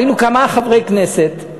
היינו כמה חברי כנסת,